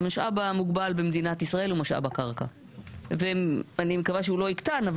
המשאב המוגבל במדינת ישראל הוא משאב הקרקע ואני מקווה שהוא לא יקטן,